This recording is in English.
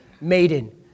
maiden